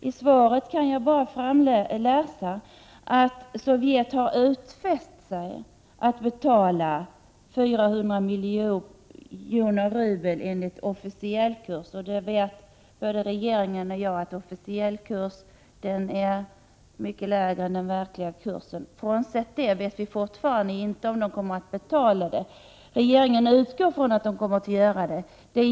I svaret kan jag bara läsa att Sovjet har utfäst sig att betala 400 miljoner rubel enligt officiell kurs. Både regeringen och jag vet att officiell kurs är mycket lägre än den verkliga kursen. Frånsett det vet vi fortfarande inte om Sovjet kommer att betala. Regeringen utgår från att det kommer att ske.